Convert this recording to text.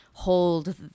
hold